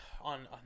on